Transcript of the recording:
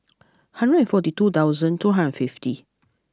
hundred forty two thousand two hundred fifty